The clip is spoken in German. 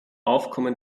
aufkommen